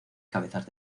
cabezas